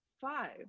five